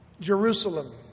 Jerusalem